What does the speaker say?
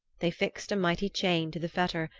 they fixed a mighty chain to the fetter,